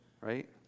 Right